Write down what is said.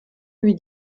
lui